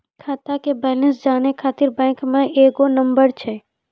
खाता के बैलेंस जानै ख़ातिर बैंक मे एगो नंबर छै?